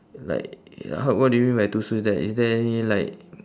like how what do you mean by two stool there is there any like